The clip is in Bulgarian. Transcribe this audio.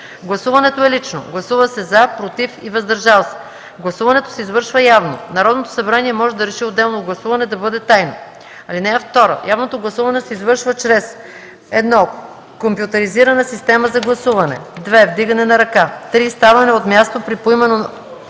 Гласуването е лично. Гласува се „за”, „против” и „въздържал се”. Гласуването се извършва явно. Народното събрание може да реши отделно гласуване да бъде тайно. (2) Явното гласуване се извършва чрез: 1. компютризирана система за гласуване; 2. вдигане на ръка; 3. ставане от място при поименно